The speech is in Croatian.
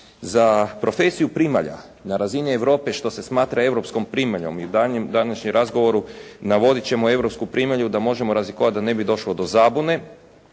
za profesiju primalja na razini Europe što se smatra europskom primaljom i u daljnjem današnjem razgovoru navodit ćemo europsku primalju da možemo razlikovati da ne bi došlo do zabune